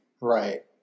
Right